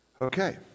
Okay